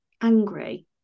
angry